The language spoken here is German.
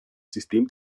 system